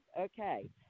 Okay